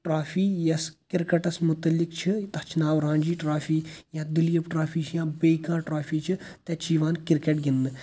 trophy یۄس کِرکَٹَس مُتعلِق چھِ تَتھ چھ ناو رانٛجی ٹرافی یَتھ دِلیٖپ ٹرٛافی چھِ یا بیٚیہِ کانٛہہ ٹرٛافی چھِ تَتہِ چھ یِوان کِرکَٹ گِنٛدنہٕ